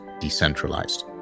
decentralized